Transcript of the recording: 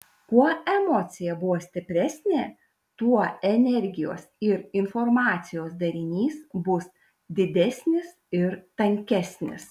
kuo emocija buvo stipresnė tuo energijos ir informacijos darinys bus didesnis ir tankesnis